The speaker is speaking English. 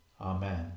Amen